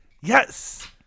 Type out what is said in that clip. Yes